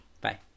Bye